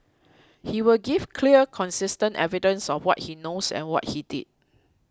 he will give clear consistent evidence of what he knows and what he did